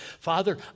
Father